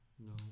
No